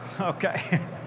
Okay